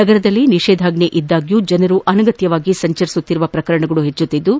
ನಗರದಲ್ಲಿ ನಿಷೇಧಾಜ್ಞೆ ಇದ್ದಾಗ್ಯೂ ಜನರು ಅನಗತ್ಯವಾಗಿ ಸಂಚರಿಸುತ್ತಿರುವ ಪ್ರಕರಣಗಳು ಹೆಚ್ಚುತ್ತಿದ್ದು